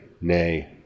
Nay